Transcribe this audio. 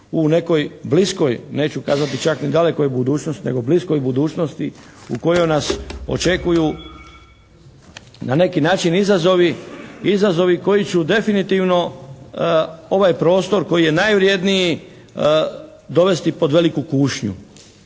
u nekoj bliskoj, neću kazati čak ni dalekoj budućnosti, nego bliskoj budućnosti u kojoj nas očekuju na neki način izazovi, izazovi koji su definitivno ovaj prostor koji je najvrjedniji dovesti pod veliku kušnju.